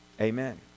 Amen